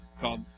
called